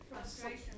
Frustration